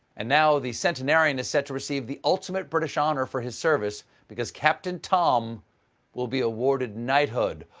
and now the centenarian is set to receive the ultimate british honor for his service, because captain tom will be awarded knighthood.